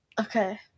Okay